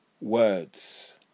words